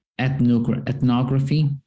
ethnography